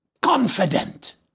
confident